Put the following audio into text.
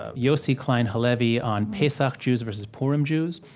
yossi klein halevi on pesach jews versus purim jews.